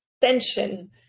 tension